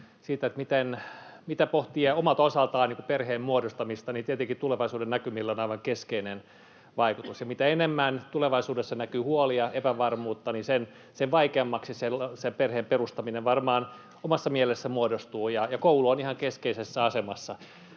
siitä, mitä pohditaan omalta osalta perheenmuodostamisesta, niin tietenkin tulevaisuudennäkymillä on aivan keskeinen vaikutus. Ja mitä enemmän tulevaisuudessa näkyy huolia ja epävarmuutta, niin sen vaikeammaksi se perheen perustaminen varmaan omassa mielessä muodostuu. Koulu on ihan keskeisessä asemassa